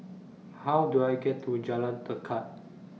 How Do I get to Jalan Tekad